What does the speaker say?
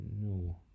no